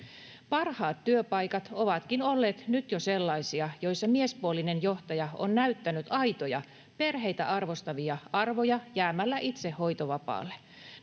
Parhaat työpaikat ovatkin olleet jo nyt sellaisia, että miespuolinen johtaja on näyttänyt aitoja, perheitä arvostavia arvoja jäämällä itse hoitovapaalle.